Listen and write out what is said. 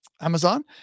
Amazon